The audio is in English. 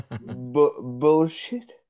Bullshit